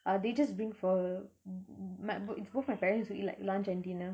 uh they just bring for my both my parents also eat like lunch and dinner